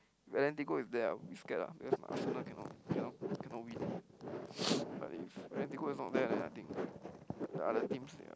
Atletico is there ah a bit scared ah because Arsenal cannot cannot cannot win but if Atletico is not there ah then I think the other teams ya